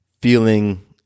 feeling